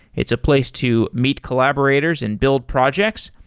it's a place to meet collaborators and build projects.